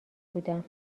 بودم